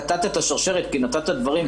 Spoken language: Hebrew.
קטעת את השרשרת כי נתת דברים,